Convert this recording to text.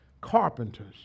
carpenters